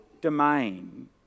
domain